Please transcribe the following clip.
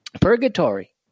purgatory